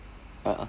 a'ah